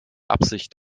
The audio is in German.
absicht